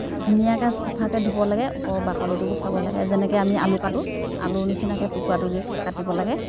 ধুনীয়াকৈ চাফাকৈ ধুব লাগে ওপৰৰ বাকলিটো গুচাব লাগে যেনেকৈ আমি আলু কাটো আলুৰ নিচিনাকৈ টুকুৰা টুকুৰিকৈ কাটিব লাগে